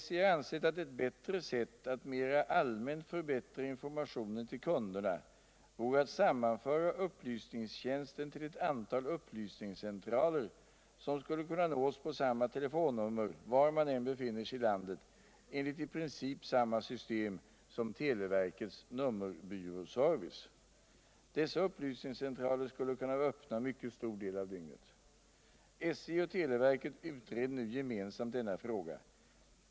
SJ har ansett att ett bältre sätt att mer allmänt förbättra informationen till kunderna vore att sammanföra upplysningstjänsten till cut antal upplysningscentraler, som skulle kunna nås på summa telefonnummer var man än befinner sig I landet enligt 1 princip summa system som televerkets nummerbyråserviee. Dessa upplysningscentraler skulle kunna vara öppna mycket stor det av dygnet. SJ och televerket utreder nu gemensann denna fråga.